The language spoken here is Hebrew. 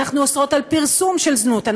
אנחנו אוסרות פרסום של זנות,